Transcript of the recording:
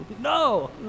no